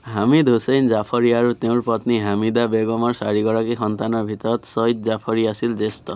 হামিদ হুছেইন জাফৰী আৰু তেওঁৰ পত্নী হামিদা বেগমৰ চাৰিগৰাকী সন্তানৰ ভিতৰত চঈদ জাফৰী আছিল জ্যেষ্ট